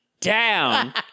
down